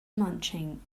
munching